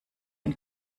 ein